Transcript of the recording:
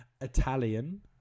Italian